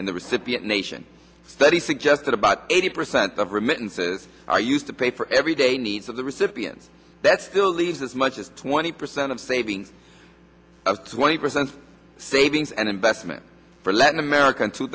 in the recipient nation study suggests that about eighty percent of remittances are used to pay for everyday needs of the recipient that's believes as much as twenty percent of saving of twenty percent savings and investment for latin america in two